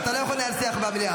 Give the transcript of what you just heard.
אתה לא יכול לנהל שיח במליאה.